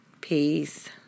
Peace